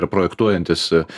ir projektuojantis